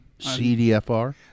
CDFR